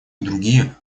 другие